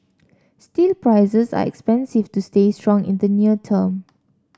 steel prices are expensive to stay strong in the near term